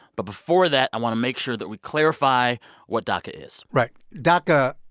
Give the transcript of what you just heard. but before that, i want to make sure that we clarify what daca is right, daca,